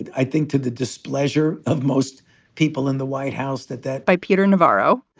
i think to the displeasure of most people in the white house that that by peter navarro.